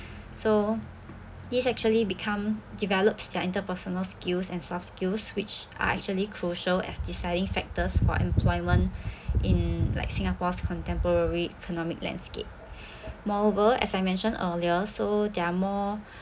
so this actually become develops their interpersonal skills and soft skills which are actually crucial as deciding factors for employment in like singapore's contemporary economic landscape moreover as I mentioned earlier so they're more